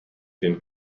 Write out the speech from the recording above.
can